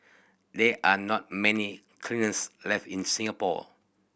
there are not many kilns left in Singapore